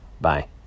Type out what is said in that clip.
Bye